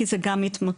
כי זה גם התמכרות,